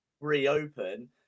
reopen